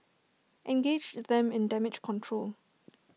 engage them in damage control